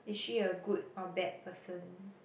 is she a good or bad person